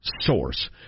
source